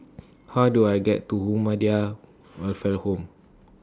How Do I get to Welfare Home